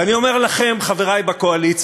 ואני אומר לכם, חברי בקואליציה,